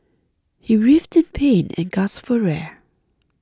he writhed in pain and gasped for air